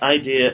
idea